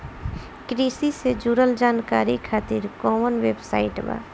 कृषि से जुड़ल जानकारी खातिर कोवन वेबसाइट बा?